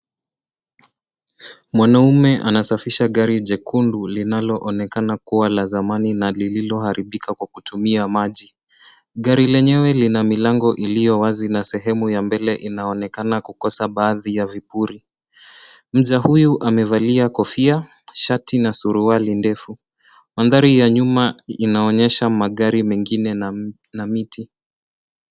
Mwanaume anasafisha gari jekundu linaloonekana kuwa la zamani na lililoharibika kwa kutumia maji. Gari lenyewe lina milango iliyo wazi na sehemu ya mbali inaonekana kukosa baadhi ya vipuri. Mja huyu amevalia kofia, shati na suruali ndefu. Mandhari ya nyuma inaonyesha magari mengine na miti.